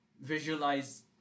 visualize